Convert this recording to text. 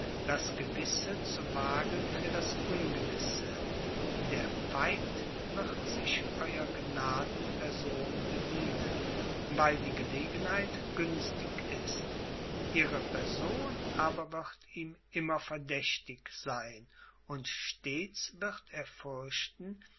das gewisse zu wagen für das ungewisse der feind wird sich eurer gnaden person bedienen weil die gelegenheit günstig ist ihre person aber wird ihm immer verdächtig sein und stets wird